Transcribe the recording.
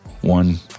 one